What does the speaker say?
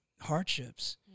hardships